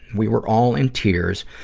we were all in tears,